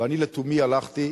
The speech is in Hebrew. ואני, לתומי, הלכתי,